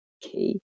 key